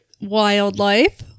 wildlife